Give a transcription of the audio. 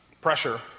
pressure